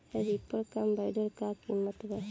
Reaper combiner का किमत बा?